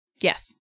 Yes